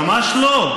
ממש לא.